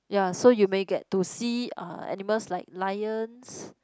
ya so you may get to see uh animals like lions